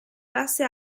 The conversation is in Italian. basse